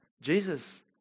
Jesus